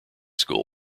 school